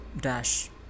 dash